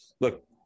look